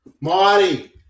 Marty